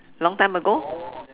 long time ago